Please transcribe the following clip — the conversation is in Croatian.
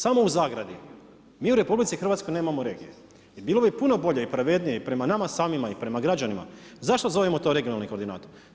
Samo u … Mi u Rh nemamo regije i bilo bi puno bolje i pravednije prema nama samima i prema građanima zašto zovemo to regionalni koordinator?